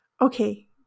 Okay